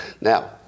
Now